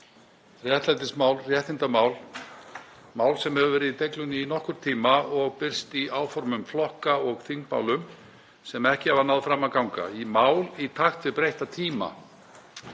réttlætismál, réttindamál, mál sem hefur verið í deiglunni í nokkurn tíma og birst í áformum flokka og þingmálum sem ekki hafa náð fram að ganga, mál í takti við breytta tíma.